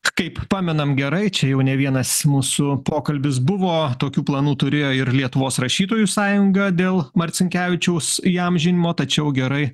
kaip pamenam gerai čia jau ne vienas mūsų pokalbis buvo tokių planų turėjo ir lietuvos rašytojų sąjungą dėl marcinkevičiaus įamžinimo tačiau gerai